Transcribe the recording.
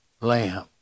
lamb